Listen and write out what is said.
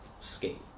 skate